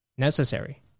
necessary